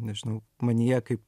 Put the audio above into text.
nežinau manyje kaip